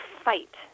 fight